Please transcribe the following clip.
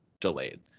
delayed